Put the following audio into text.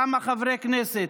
כמה חברי כנסת: